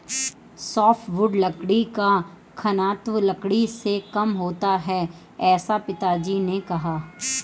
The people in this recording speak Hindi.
सॉफ्टवुड लकड़ी का घनत्व लकड़ी से कम होता है ऐसा पिताजी ने कहा